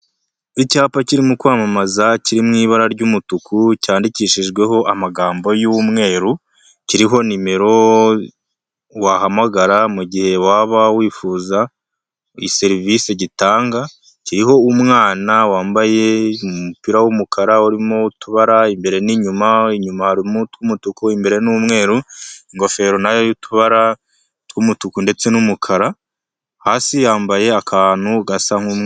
Icyapa kirimo kwamamaza kiri mu ibara ry'umutuku cyandikishijweho amagambo y'umweru, kiriho nimero wahamagara mu gihe waba wifuza iyi serivisi gitanga, kiriho umwana wambaye umupira w'umukara urimo utubara imbere n'inyuma, inyuma harimo utw'umutuku, imbere ni umweru, ingofero na yo y'utubara tw'umutuku ndetse n'umukara, hasi yambaye akantu gasa nk'u...